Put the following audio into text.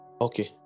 Okay